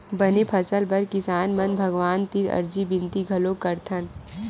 बने फसल बर किसान मन भगवान तीर अरजी बिनती घलोक करथन